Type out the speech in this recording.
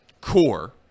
core